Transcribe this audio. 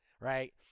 right